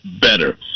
better